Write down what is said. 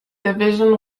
division